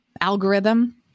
algorithm